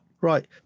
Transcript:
right